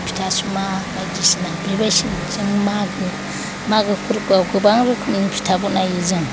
फिथा सुमा बायदिसिना बेबायदि जों मागो मागो फोरबोआव गोबां रोखोमनि फिथा बानायो जों